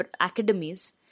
academies